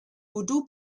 voodoo